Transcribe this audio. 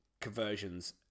conversions